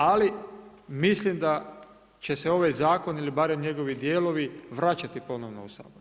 Ali mislim da će se ovaj zakon ili barem njegovi dijelovi vraćati ponovno u Sabor.